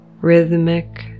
Rhythmic